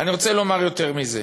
אני רוצה לומר יותר מזה: